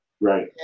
Right